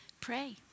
Pray